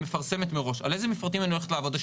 תיתן סמכות לרשות המקומית בנושא הבריאות.